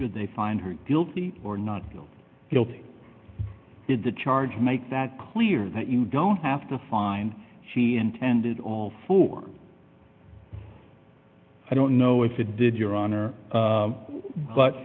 did they find her guilty or not guilty did the charge make that clear that you don't have to find she intended all four i don't know if it did your honor